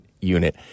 unit